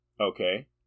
Okay